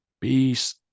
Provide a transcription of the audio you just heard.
Peace